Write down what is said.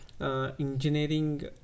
engineering